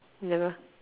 never